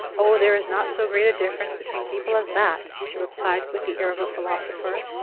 oh, there is not so great a difference between people as that, she replied, with the air of a philosopher.